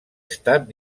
estat